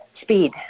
speed